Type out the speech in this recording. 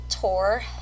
tour